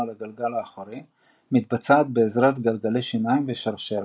לגלגל האחורי מתבצע בעזרת גלגלי שיניים ושרשרת.